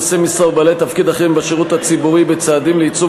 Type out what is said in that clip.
נושאי המשרה ובעלי תפקיד אחרים בשירות הציבורי בצעדים לייצוב